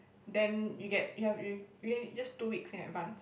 then you get you have you you just two weeks in advance